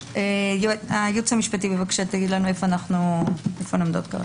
הייעוץ המשפטי, בבקשה, איפה אנו עומדות?